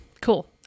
Cool